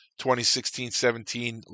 2016-17